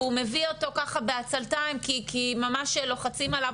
והוא מביא אותו ככה בעצלתיים כי ממש לוחצים עליו.